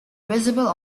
visible